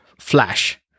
flash